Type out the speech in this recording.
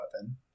weapon